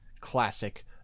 classic